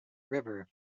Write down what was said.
river